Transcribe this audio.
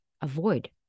Avoid